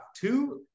two